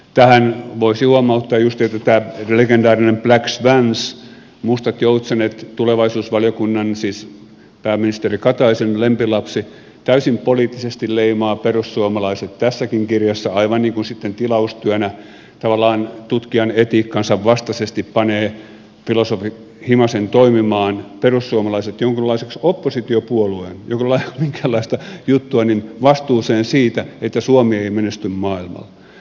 tähän voisi huomauttaa justiinsa että tämä legendaarinen black swans mustat joutsenet tulevaisuusvaliokunnasta joka on siis pääministeri kataisen lempilapsi täysin poliittisesti leimaa perussuomalaiset tässäkin kirjassa aivan niin kuin tilaustyönä tavallaan tutkijanetiikkansa vastaisesti panee filosofi himasen toimimaan perussuomalaiset jonkinlaiseksi oppositiopuolueeksi jolla ei ole minkäänlaista juttua vastuuseen siitä että suomi ei menesty maailmalla